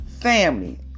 family